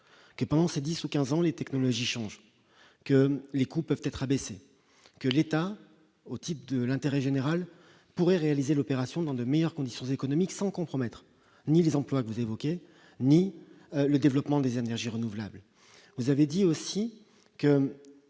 et pendant ces 10 ou 15 ans, les technologies changent, que les coûts peuvent être abaissés que l'État au type de l'intérêt général pourrait réaliser l'opération dans de meilleures conditions économiques sans compromettre ni les emplois que vous évoquez, ni le développement des énergies renouvelables, vous avez dit aussi que